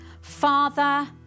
Father